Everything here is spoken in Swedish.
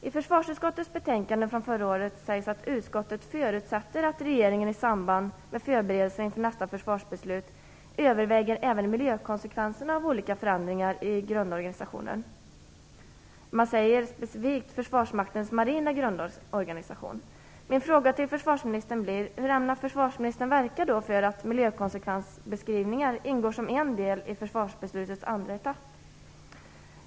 I försvarsutskottets betänkande från förra året sägs det att utskottet förutsätter att regeringen i samband med förberedelserna inför nästa försvarsbeslut överväger även miljökonsekvenserna av olika förändringar i grundorganisationen. Man nämner specifikt försvarsmaktens marina grundorganisation. Min fråga till försvarsministern blir: Hur ämnar försvarsministern verka för att miljökonsekvensbeskrivningar ingår som en del i försvarsbeslutets etapp 2?